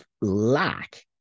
lack